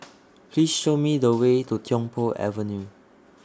Please Show Me The Way to Tiong Poh Avenue